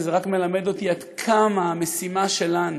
וזה רק מלמד אותי עד כמה המשימה שלנו,